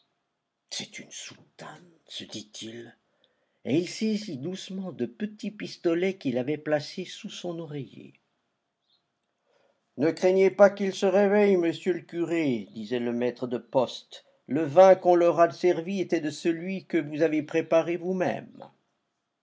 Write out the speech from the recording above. c'est une soutane se dit-il et il saisit doucement de petits pistolets qu'il avait placés sous son oreiller ne craignez pas qu'il se réveille monsieur le curé disait le maître de poste le vin qu'on leur a servi était de celui que vous avez préparé vous-même